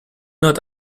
not